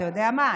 אתה יודע מה?